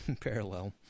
parallel